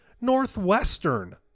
Northwestern